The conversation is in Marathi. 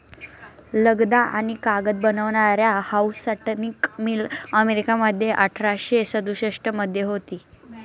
लगदा आणि कागद बनवणारी हाऊसटॉनिक मिल अमेरिकेमध्ये अठराशे सदुसष्ट मध्ये होती